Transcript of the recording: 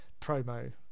promo